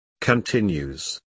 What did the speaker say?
continues